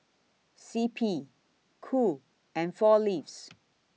C P Cool and four Leaves